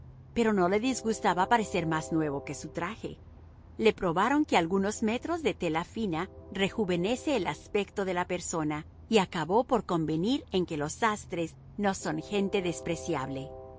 pero no le disgustaba parecer más nuevo que su traje le probaron que algunos metros de tela fina rejuvenece el aspecto de la persona y acabó por convenir en que los sastres no son gente despreciable